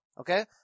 Okay